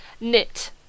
knit